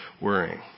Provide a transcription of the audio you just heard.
worrying